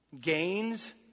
gains